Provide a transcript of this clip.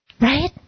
Right